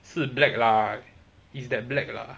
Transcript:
是 black lah is that black lah